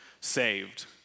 saved